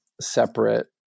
separate